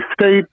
state